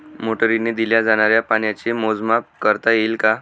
मोटरीने दिल्या जाणाऱ्या पाण्याचे मोजमाप करता येईल का?